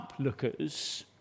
uplookers